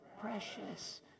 Precious